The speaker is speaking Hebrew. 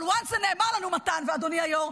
אבל מרגע שזה נאמר לנו מתן ואדוני היו"ר,